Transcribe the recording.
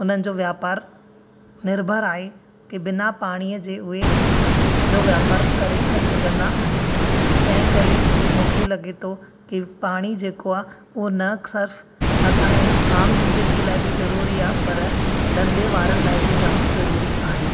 हुननि जो व्यापार निर्भर आहे की बिना पाणीअ जे उहे हेॾो व्यापार करे न सघंदा आहिनि तंहिं करे मूंखे लॻे थो की पाणी जेको आहे उहो न सिर्फ़ु असांजी आम ज़िंदगी लाइ बि ज़रूरी आहे पर धंधे लाइ बि जाम ज़रूरी आहे